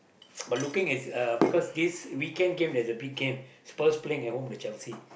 but looking at uh because this weekend game is a big game Spurs playing at home with Chelsea